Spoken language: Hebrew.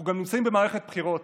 אנחנו גם נמצאים במערכת בחירות,